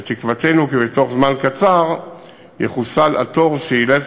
תקוותנו היא כי בתוך זמן קצר יחוסל התור שאילץ